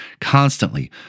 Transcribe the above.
constantly